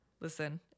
listen